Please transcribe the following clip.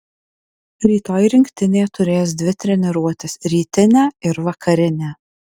rytoj rinktinė turės dvi treniruotes rytinę ir vakarinę